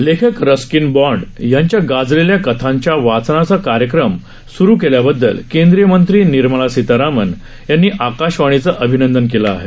लेखक Ruskin Bond यांच्या गाजलेल्या कथांच्या वाचनाचा कार्यक्रम सुरु केल्या बददल केंद्रीय मंत्री निर्मला सीतारामण यांनी आकाशवाणीचं अभिनंदन केलं आहे